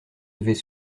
avez